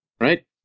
Right